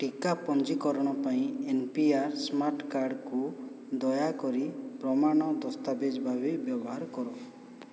ଟିକା ପଞ୍ଜୀକରଣ ପାଇଁ ଏନ୍ ପି ଆର୍ ସ୍ମାର୍ଟ୍ କାର୍ଡ଼୍କୁ ଦୟାକରି ପ୍ରମାଣ ଦସ୍ତାବେଜ ଭାବେ ବ୍ୟବହାର କର